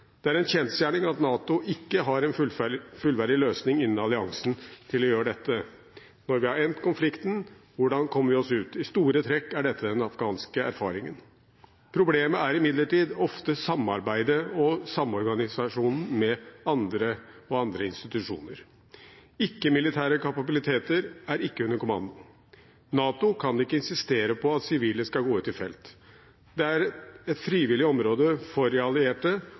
Det er en kjensgjerning at NATO ikke har en fullverdig løsning innen alliansen til å gjøre dette. Når vi har endt konflikten, hvordan kommer vi oss ut? I store trekk er dette den afghanske erfaringen. Problemet er imidlertid ofte samarbeidet og samorganisasjonen med andre og andre institusjoner. Ikke-militære kapabiliteter er ikke under kommando. NATO kan ikke insistere på at sivile skal gå ut i felt. Det er et frivillig område for de allierte,